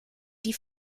die